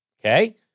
okay